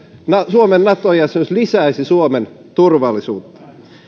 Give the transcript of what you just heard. suomen nato jäsenyys lisäisi suomen turvallisuutta